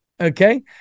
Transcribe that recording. Okay